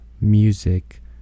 music